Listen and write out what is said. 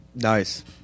Nice